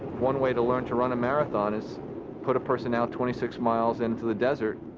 one way to learn to run a marathon is put a person out twenty six miles into the desert,